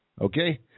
okay